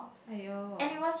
!aiyo!